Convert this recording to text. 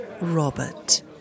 Robert